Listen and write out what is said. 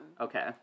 okay